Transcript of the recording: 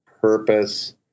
purpose